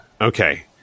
Okay